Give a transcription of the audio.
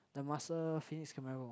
the muscle phoenix Camarro